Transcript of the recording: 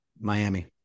Miami